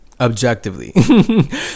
objectively